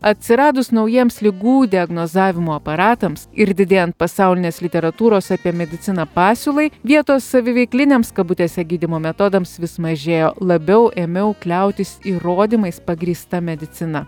atsiradus naujiems ligų diagnozavimo aparatams ir didėjant pasaulinės literatūros apie mediciną pasiūlai vietos saviveikliniams kabutėse gydymo metodams vis mažėjo labiau ėmiau kliautis įrodymais pagrįsta medicina